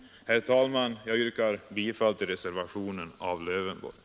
Herr talman! Jag yrkar bifall till reservationen av herr Lövenborg.